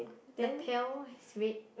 the pail is red